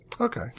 Okay